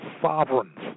sovereigns